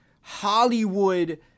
Hollywood